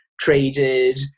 traded